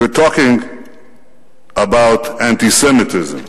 You are talking about anti-Semitism .